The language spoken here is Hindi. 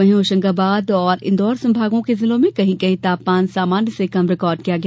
वहीं होशंगाबाद और इंदौर संभागों के जिलों में कहीं कहीं तापमान सामान्य से कम रिकॉर्ड किया गया